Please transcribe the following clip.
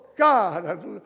God